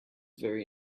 very